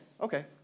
okay